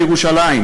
בפתח-תקווה,